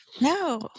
No